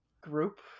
group